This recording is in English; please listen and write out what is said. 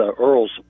Earl's